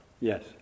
Yes